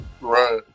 Right